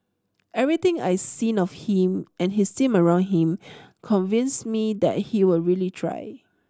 everything I seen of him and his team around him convinces me that he will really try